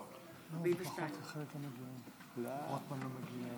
אדוני היושב-ראש, חבריי חברי הכנסת,